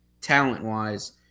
talent-wise